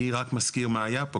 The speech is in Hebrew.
אני רק מזכיר מה היה פה.